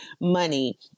money